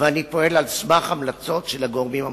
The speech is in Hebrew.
ואני פועל על סמך המלצות של הגורמים המקצועיים.